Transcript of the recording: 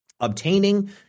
Obtaining